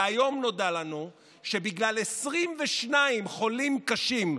והיום נודע לנו שבגלל 22 חולים קשים,